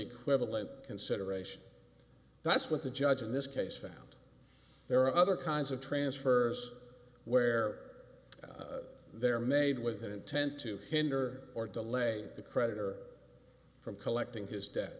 equivalent consideration that's what the judge in this case found there are other kinds of transfers where they're made with an intent to hinder or delay the creditor from collecting his dead